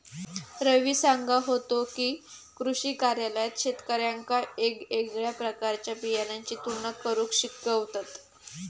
रवी सांगा होतो की, कृषी कार्यालयात शेतकऱ्यांका येगयेगळ्या प्रकारच्या बियाणांची तुलना करुक शिकवतत